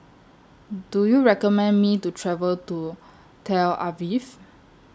Do YOU recommend Me to travel to Tel Aviv